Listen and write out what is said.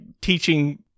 teaching